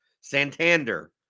Santander